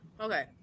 okay